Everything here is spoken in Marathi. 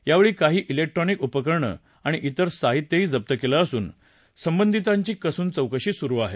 या वेळी काही क्रिक्ट्रॉनिक उपकरणं आणि त्रेर साहित्यही जप्त केलं असून संबंधितांची कसून चौकशी सुरू आहे